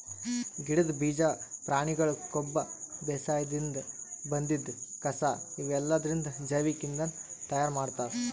ಗಿಡದ್ ಬೀಜಾ ಪ್ರಾಣಿಗೊಳ್ ಕೊಬ್ಬ ಬೇಸಾಯದಿನ್ದ್ ಬಂದಿದ್ ಕಸಾ ಇವೆಲ್ಲದ್ರಿಂದ್ ಜೈವಿಕ್ ಇಂಧನ್ ತಯಾರ್ ಮಾಡ್ತಾರ್